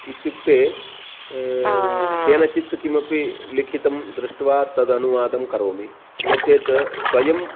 इत्युक्ते केनचित् किमपि लिखितं दृष्ट्वा तदनुवादं करोमि नो चेत् स्वयं